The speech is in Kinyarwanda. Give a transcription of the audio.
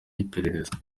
y’iperereza